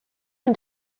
can